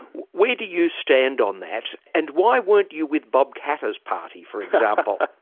where do you stand on that, and why weren't you with bob katter's party, for example?